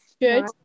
Good